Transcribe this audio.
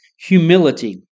humility